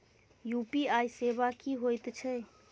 UPI सेवा की होयत छै?